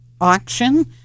auction